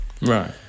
right